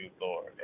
Lord